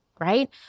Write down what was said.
right